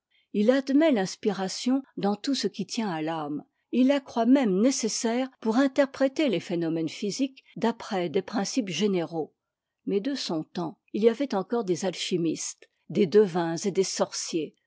il admet l'inspiration dans tout ce qui tient à l'âme et il la croit même nécessaire pour interpréter les phénomènes physiques d'après des principes généraux mais de son temps il y avait encore des alchimistes des devins et des sorciers